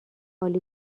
عالی